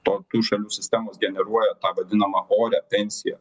to tų šalių sistemos generuoja tą vadinamą orią pensiją